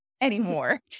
anymore